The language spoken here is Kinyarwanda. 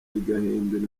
igahindura